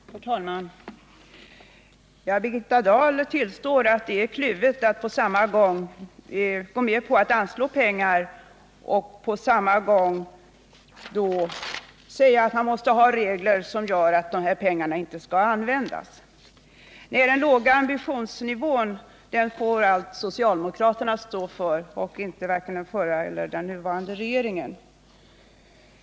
Herr talman! Birgitta Dahl tillstår att det är kluvet att gå med på att anslå pengar och på samma gång säga att man måste ha regler som gör att dessa pengar inte skall användas. Den låga ambitionsnivån får allt socialdemokraterna stå för och inte vare sig den förra eller den nuvarande regeringen.